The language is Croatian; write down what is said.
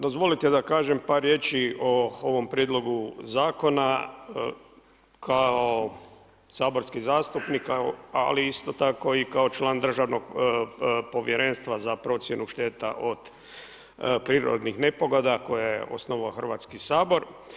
Dozvolite da kažem par riječi o ovom prijedlogu zakona, kao saborski zastupnik, ali isto tako kao član državnog povjerenstva za procjenu šteta od prirodnih nepogoda koju je osnovao Hrvatski sabor.